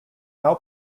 now